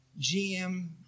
GM